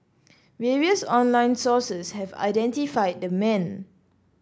various online sources have identified the man